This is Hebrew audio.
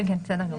כן, בסדר גמור.